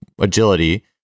agility